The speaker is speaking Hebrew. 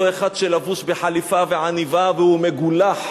אותו אחד שלבוש בחליפה ועניבה והוא מגולח,